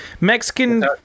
mexican